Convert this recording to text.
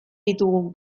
ditugu